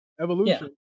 Evolution